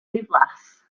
ddiflas